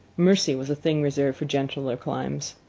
mercy was a thing reserved for gentler climes.